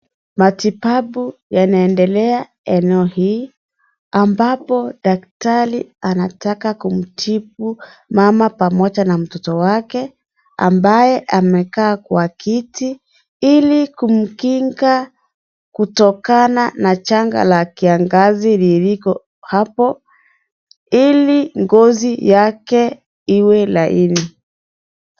Matibabu yanaendelea eneo hii, ambapo daktari anataka kumtibu mama pamoja na mtoto wake, ambaye amekaa kwa kiti, ili kumkinga kutokana na janga la kiangazi liliko hapo, ili ngozi yake iwe laini.